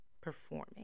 performing